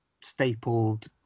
stapled